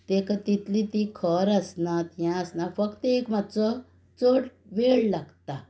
ताका तितली तीं खर आसनात हें आसना फक्त एक मातसो चड वेळ लागता